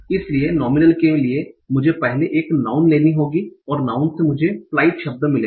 इसलिए नोमीनल के लिए मुझे पहले एक नाउँन लेनी होगी और नाउँन से मुझे फ्लाइट शब्द मिलेगा